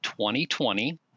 2020